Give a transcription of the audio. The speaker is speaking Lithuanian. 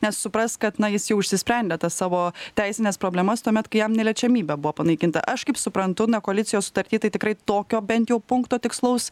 nes suprask kad na jis jau išsisprendė tas savo teisines problemas tuomet kai jam neliečiamybė buvo panaikinta aš kaip suprantu na koalicijos sutarty tai tikrai tokio bent jau punkto tikslaus